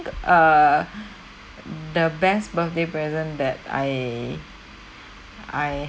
the err the best birthday present that I I